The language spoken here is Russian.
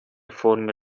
формы